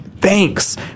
thanks